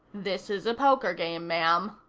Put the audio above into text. this is a poker game, ma'am,